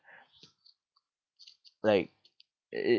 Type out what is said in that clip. like it